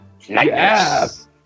Yes